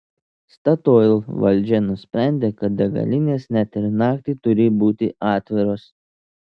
statoil valdžia nusprendė kad degalinės net ir naktį turi būti atviros